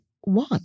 one